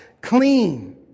clean